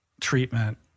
treatment